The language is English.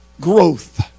growth